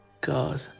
God